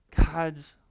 God's